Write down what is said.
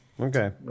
okay